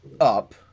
up